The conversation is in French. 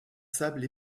sable